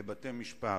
לבתי-משפט,